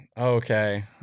Okay